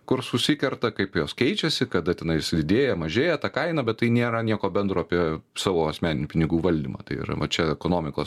kur susikerta kaip jos keičiasi kada tenais didėja mažėja ta kaina bet tai nėra nieko bendro apie savo asmeninių pinigų valdymą tai yra va čia ekonomikos